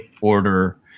order